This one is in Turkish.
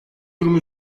durumu